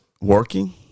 working